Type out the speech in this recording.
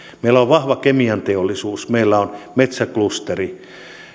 meillä on vahva kemianteollisuus meillä on metsäklusteri